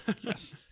Yes